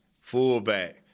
fullback